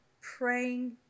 praying